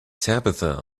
tabitha